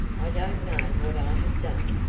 i don't know what i have done,